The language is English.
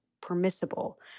permissible